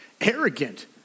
arrogant